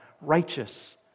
righteous